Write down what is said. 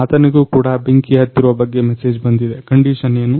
ಆತನಿಗೂ ಕೂಡ ಬೆಂಕಿ ಹತ್ತಿರುವ ಬಗ್ಗೆ ಮೆಸೇಜ್ ಬಂದಿದೆ ಕಂಡಿಷನ್ ಏನು